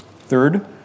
Third